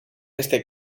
este